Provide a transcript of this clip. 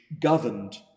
governed